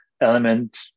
element